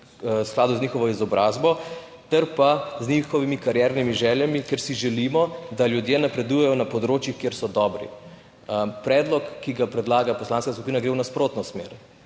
v skladu z njihovo izobrazbo ter z njihovimi kariernimi željami, ker si želimo, da ljudje napredujejo na področjih, kjer so dobri. Predlog, ki ga predlaga poslanska skupina, gre v nasprotno smer